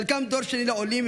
חלקם דור שני לעולים,